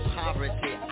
poverty